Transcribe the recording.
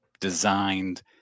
designed